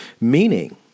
Meaning